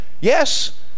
yes